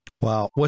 Wow